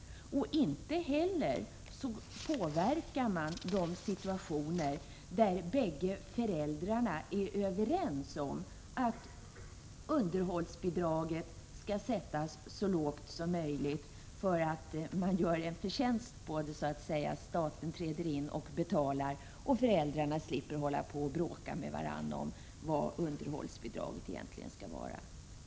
Inte heller påverkar man de situationer där bägge föräldrarna är överens om att underhållsbidraget skall sättas så lågt som möjligt för att man så att säga gör förtjänst på det. Staten träder in och betalar, och föräldrarna slipper bråka med varandra om vad underhållsbidraget egentligen skall vara.